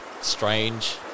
strange